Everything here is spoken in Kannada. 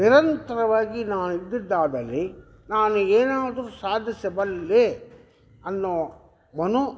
ನಿರಂತರವಾಗಿ ನಾನಿದ್ದಿದ್ದಾದಲ್ಲಿ ನಾನು ಏನಾದ್ರೂ ಸಾಧಿಸಬಲ್ಲೆ ಅನ್ನೋ ಮನೋ